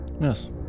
Yes